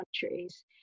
countries